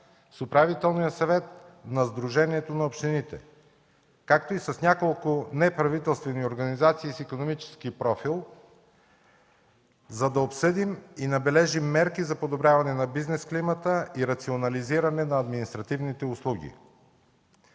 с Управителния съвет на Сдружението на общините, както и с няколко неправителствени организации с икономически профил, за да обсъдим и набележим мерки за подобряване на бизнес климата и рационализиране на административните услуги.